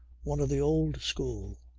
one of the old school.